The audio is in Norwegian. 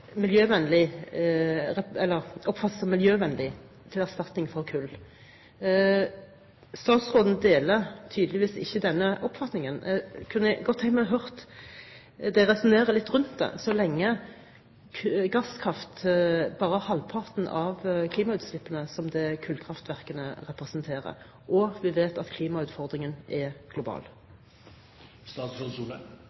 miljøvennlig som erstatning for kull. Statsråden deler tydeligvis ikke denne oppfatningen. Jeg kunne godt tenke meg å høre ham resonnere litt rundt det – så lenge gasskraft bare utgjør halvparten av de klimautslippene som kullkraftverkene representerer, og vi vet at klimautfordringen er